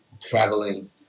traveling